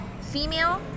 female